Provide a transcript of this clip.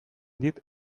dit